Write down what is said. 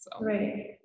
Right